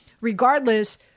Regardless